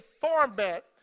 format